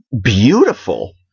beautiful